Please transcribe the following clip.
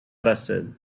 arrested